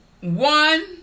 one